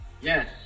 Yes